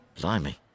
Blimey